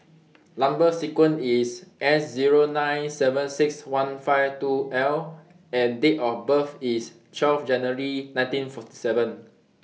Number sequence IS A Zero nine seven six one five two L and Date of birth IS twelve January nineteen forty seven